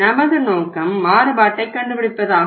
நமது நோக்கம் மாறுபாட்டைக் கண்டுபிடிப்பதாகும்